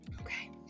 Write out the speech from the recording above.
okay